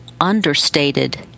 understated